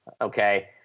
okay